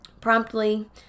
promptly